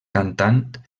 cantant